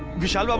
vishal ah